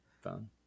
phone